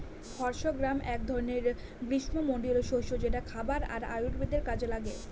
horse gram এক ধরনের গ্রীস্মমন্ডলীয় শস্য যেটা খাবার আর আয়ুর্বেদের কাজে লাগে